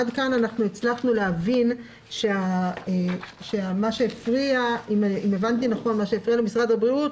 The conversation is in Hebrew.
עד כאן הצלחנו להבין שמה שהפריע למשרד הבריאות,